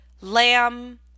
lamb